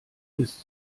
ist